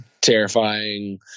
terrifying